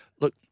Look